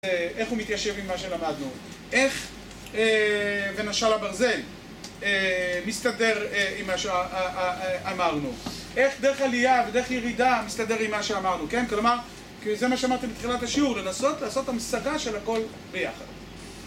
איך הוא מתיישב עם מה שלמדנו? איך, ונשל הברזל, מסתדר עם מה שאמרנו? איך דרך עלייה ודרך ירידה מסתדר עם מה שאמרנו? כן, כלומר, זה מה שאמרתי בתחילת השיעור, לנסות לעשות המשגה של הכל ביחד.